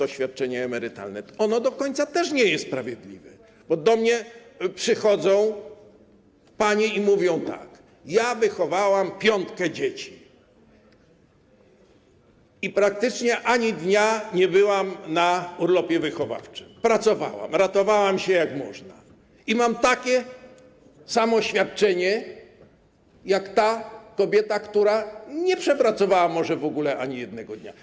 Ono do końca też nie jest sprawiedliwe, bo do mnie przychodzą panie i mówią tak: wychowałam piątkę dzieci i praktycznie ani dnia nie byłam na urlopie wychowawczym, pracowałam, ratowałam się jak można i mam takie samo świadczenie jak kobieta, która nie przepracowała może w ogóle ani jednego dnia.